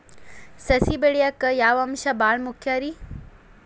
ಸಸಿ ಬೆಳೆಯಾಕ್ ಯಾವ ಅಂಶ ಭಾಳ ಮುಖ್ಯ ರೇ?